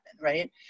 right